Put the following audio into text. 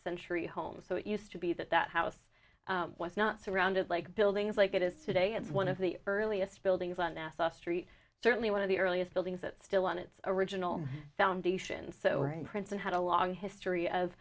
century home so it used to be that that house was not surrounded like buildings like it is today it's one of the earliest buildings on that the street certainly one of the earliest buildings that still on its original foundations so princeton had a long history of